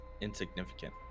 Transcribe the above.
insignificant